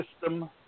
system